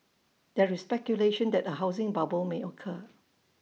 there is speculation that A housing bubble may occur